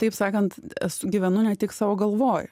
taip sakant esu gyvenu ne tik savo galvoj